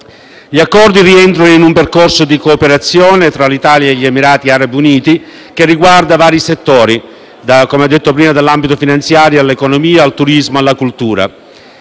Gli accordi rientrano in un percorso di cooperazione tra l'Italia e gli Emirati Arabi Uniti, che riguarda vari settori: come ho detto prima, dall'ambito finanziario all'economia, al turismo, alla cultura.